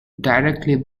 directly